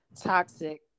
toxic